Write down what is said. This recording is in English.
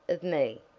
of me?